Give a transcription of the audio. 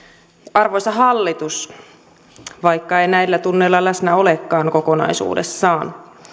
arvoisa hallitus vaikka ei näillä tunneilla läsnä olekaan kokonaisuudessaan